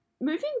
moving